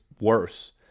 worse